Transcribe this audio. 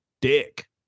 dick